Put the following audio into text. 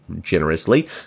generously